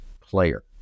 player